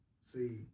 See